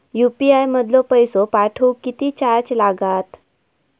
UPI मधलो पैसो पाठवुक किती चार्ज लागात?